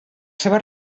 seva